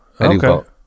okay